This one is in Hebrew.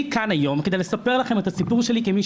אני כאן היום כדי לספר לכם את הסיפור שלי כמי